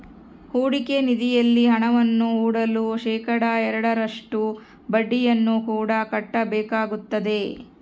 ಹೂಡಿಕೆ ನಿಧಿಯಲ್ಲಿ ಹಣವನ್ನು ಹೂಡಲು ಶೇಖಡಾ ಎರಡರಷ್ಟು ಬಡ್ಡಿಯನ್ನು ಕೂಡ ಕಟ್ಟಬೇಕಾಗುತ್ತದೆ